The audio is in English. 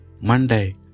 Monday